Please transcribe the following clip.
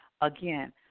again